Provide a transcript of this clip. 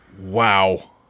Wow